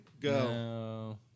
Go